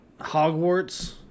Hogwarts